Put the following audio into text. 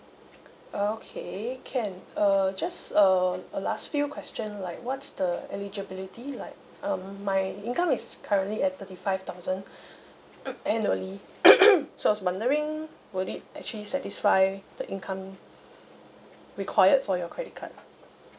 okay can err just um a last few question like what's the eligibility like um my income is currently at thirty five thousand annually so I was wondering would it actually satisfy the income required for your credit card